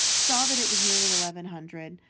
saw that it was nearly eleven hundred,